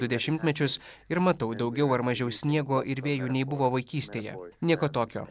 du dešimtmečius ir matau daugiau ar mažiau sniego ir vėjo nei buvo vaikystėje nieko tokio